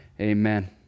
Amen